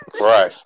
Right